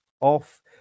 off